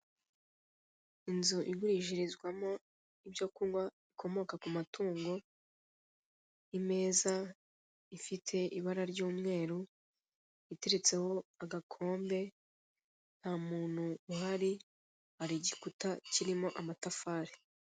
Inzu igurishirizwamo ibyo kunywa bikomoka ku matungo, imeza ifite ibara ry'umweru iteretseho agakombe, nta muntu uhari, hari igikuta kirimo amatafari.